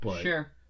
Sure